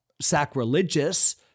sacrilegious